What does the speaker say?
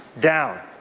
down.